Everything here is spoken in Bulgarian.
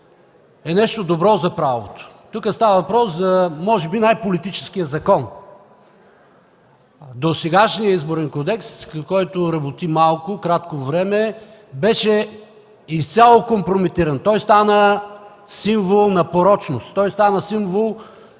е нещо добро за правото, тук става въпрос може би за най-политическия закон. Досегашният Изборен кодекс, който работи малко, кратко време, беше изцяло компрометиран. Той стана символ на порочност, на това,